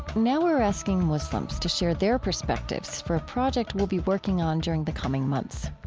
now we're asking muslims to share their perspectives for a project we'll be working on during the coming months.